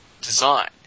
design